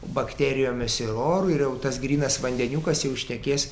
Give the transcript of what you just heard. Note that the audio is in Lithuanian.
bakterijomis ir oru ir jau tas grynas vandeniukas jau ištekės